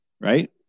right